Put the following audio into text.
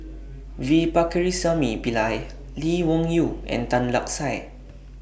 V Pakirisamy Pillai Lee Wung Yew and Tan Lark Sye